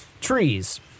trees